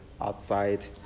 outside